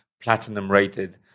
platinum-rated